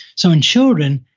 so in children,